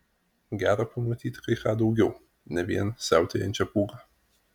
gera pamatyti kai ką daugiau ne vien siautėjančią pūgą